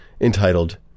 entitled